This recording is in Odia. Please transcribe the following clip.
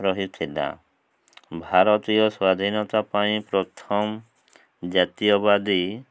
ରହିଥିଲା ଭାରତୀୟ ସ୍ଵାଧୀନତା ପାଇଁ ପ୍ରଥମ ଜାତୀୟବାଦୀ